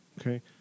Okay